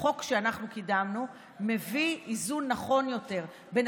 החוק שאנחנו קידמנו מביא איזון נכון יותר בין